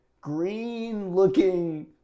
green-looking